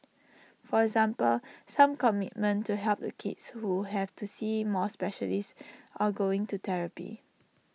for example some commitment to help the kids who have to see more specialists or going to therapy